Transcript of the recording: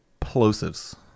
plosives